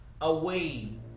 away